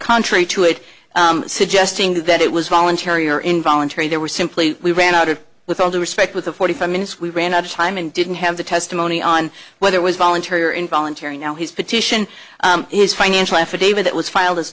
contrary to it suggesting that it was voluntary or involuntary they were simply we ran out of with all due respect with the forty five minutes we ran out of time and didn't have the testimony on whether it was voluntary or involuntary now his petition his financial affidavit was file